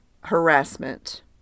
harassment